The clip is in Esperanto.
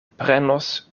prenos